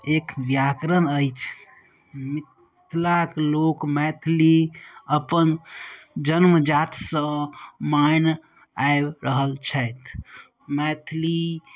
एक व्याकरण अछि मिथिलाक लोक मैथिली अपन जन्मजातसँ मानि आबि रहल छथि मैथिली